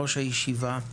ראש הישיבה,